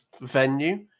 venue